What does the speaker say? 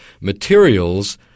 materials